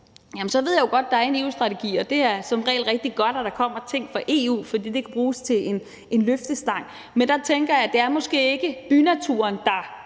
bynatur, ved jeg godt, at der er en EU-strategi, og det er som regel rigtig godt, at der kommer ting fra EU, for det kan bruges som en løftestang. Men der tænker jeg, at det måske ikke er bynaturen, der